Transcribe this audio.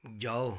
ਜਾਓ